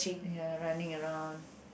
!aiya! running around